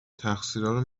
تقصیرارو